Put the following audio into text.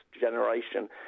generation